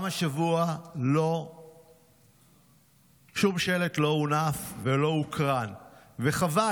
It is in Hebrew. גם השבוע שום שלט לא הונף ולא הוקרן, וחבל.